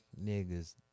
niggas